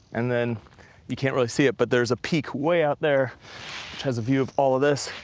and then you can't really see it, but there's a peak way out there which has a view of all a this.